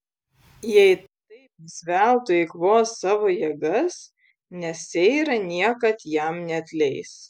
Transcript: jei taip jis veltui eikvos savo jėgas nes seira niekad jam neatleis